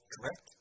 Correct